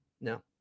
No